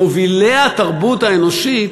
מובילי התרבות האנושית,